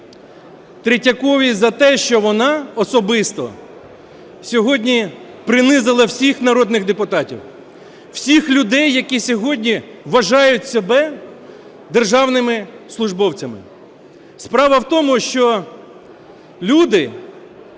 Третьяковій за те, що вона особисто сьогодні принизила всіх народних депутатів, всіх людей, які сьогодні вважають себе державними службовцями. Справа в тому, що люди,